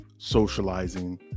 Socializing